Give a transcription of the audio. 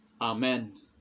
Amen